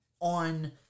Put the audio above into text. on